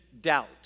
doubt